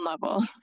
level